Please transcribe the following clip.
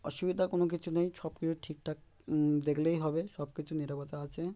অসুবিধা কোনো কিছু নেই সব কিছু ঠিকঠাক দেখলেই হবে সব কিছু নিরাপদা আছে